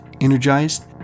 energized